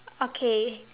okay